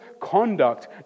conduct